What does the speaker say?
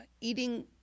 eating